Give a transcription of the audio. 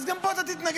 אז גם פה אתה תתנגד.